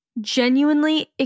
genuinely